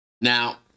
now